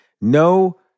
No